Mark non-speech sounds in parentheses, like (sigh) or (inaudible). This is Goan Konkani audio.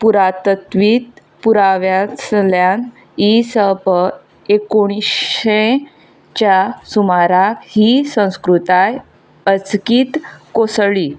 पुरातत्वीक पुराव्यां (unintelligible) इ स प एकुणशे चा सुमाराक ही संस्कृताय अचकीत कोंसळ्ळी